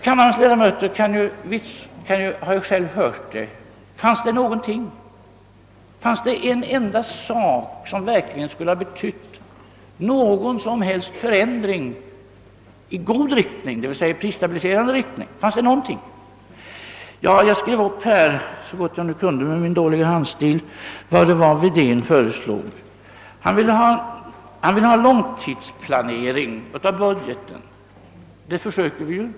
Kammarens ledamöter har ju själva hört det — fanns det en enda sak som verkligen skulle ha betytt någon som helst förändring i god riktning, d.v.s. i prisstabiliserande riktning? Jag skrev upp vad herr Wedén föreslog. Han ville bl.a. ha en långtidsplanering av budgeten. Det försöker vi ju göra.